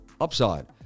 upside